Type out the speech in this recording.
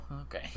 okay